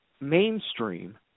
mainstream